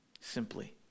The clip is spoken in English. Simply